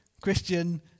Christian